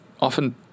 often